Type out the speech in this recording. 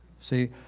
See